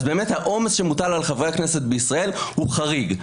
באמת העומס שמוטל על חברי הכנסת בישראל הוא חריג.